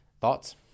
Thoughts